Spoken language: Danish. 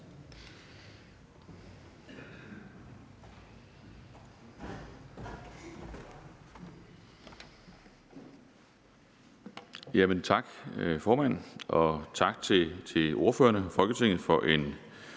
Tak, formand. Og tak til ordførerne og Folketinget for en,